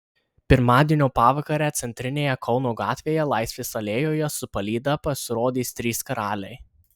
pirmadienio pavakarę centrinėje kauno gatvėje laisvės alėjoje su palyda pasirodys trys karaliai